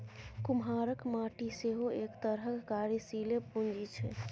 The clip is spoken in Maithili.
कुम्हराक माटि सेहो एक तरहक कार्यशीले पूंजी छै